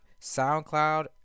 SoundCloud